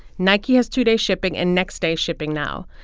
nike has two-day shipping and next-day shipping now.